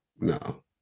No